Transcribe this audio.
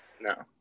No